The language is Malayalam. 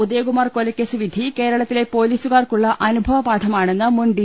ഉദയകുമാർ കൊലക്കേസ് വിധി കേരളത്തിലെ പൊലീസു കാർക്കുള്ള അനുഭവ പാഠമാണെന്ന് മുൻ ഡി